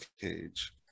cage